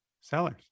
Sellers